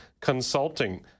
consulting